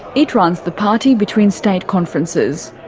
it runs the party between state conferences.